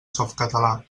softcatalà